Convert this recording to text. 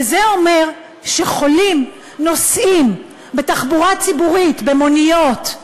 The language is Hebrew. וזה אומר שחולים נוסעים בתחבורה ציבורית, במוניות,